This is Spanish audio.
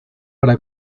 para